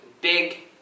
big